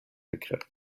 begriff